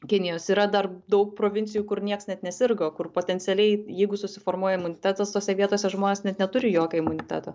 kinijos yra dar daug provincijų kur nieks net nesirgo kur potencialiai jeigu susiformuoja imunitetas tose vietose žmonės net neturi jokio imuniteto